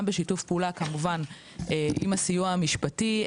גם בשיתוף פעולה כמובן עם הסיוע המשפטי,